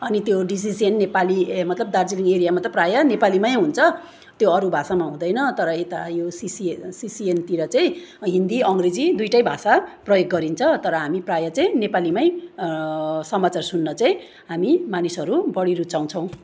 अनि त्यो डिसिसिएन नेपाली ए मतलब दार्जिलिङ एरियामा त प्रायः नेपालीमै हुन्छ त्यो अरू भाषामा हुँदैन तर यता यो सिसी सिसिएनतिर चाहिँ हिन्दी अङ्ग्रेजी दुइटै भाषा प्रयोग गरिन्छ तर हामी प्रायः चाहिँ नेपालीमै समाचार सुन्न चाहिँ हामी मानिसहरू बढी रुचाउँछौँ